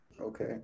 Okay